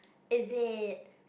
is it